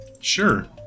Sure